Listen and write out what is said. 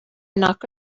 knock